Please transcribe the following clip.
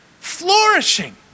flourishing